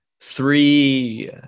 three